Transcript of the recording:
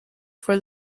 for